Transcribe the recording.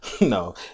No